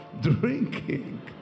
drinking